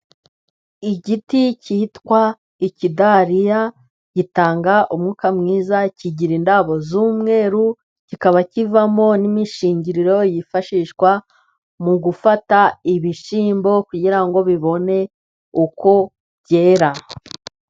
Igiti cyitwa ikidariya, gitanga umwuka mwiza, kigira indabo z'umweru, kikaba kivamo n'imishingiriro yifashishwa mu gufata ibishyimbo, kugira ngo bibone uko byera.